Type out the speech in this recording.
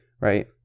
right